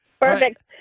Perfect